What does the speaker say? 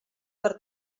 per